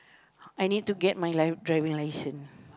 I need to get my li~ driving license